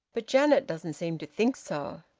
but janet doesn't seem to think so.